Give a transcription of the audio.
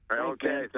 Okay